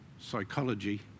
psychology